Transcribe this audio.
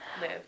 live